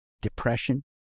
depression